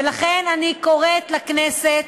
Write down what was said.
ולכן אני קוראת לכנסת